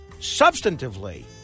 substantively